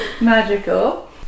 Magical